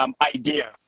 idea